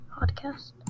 podcast